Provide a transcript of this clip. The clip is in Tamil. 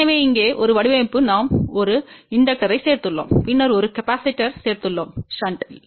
எனவே இங்கே ஒரு வடிவமைப்பு நாம் ஒரு தூண்டியைச் சேர்த்துள்ளோம் பின்னர் ஒரு மின்தேக்கியைச் சேர்த்துள்ளோம் ஷண்டில்